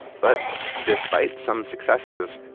but despite some successes,